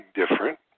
different